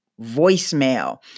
voicemail